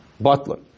butler